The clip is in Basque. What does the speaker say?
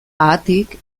haatik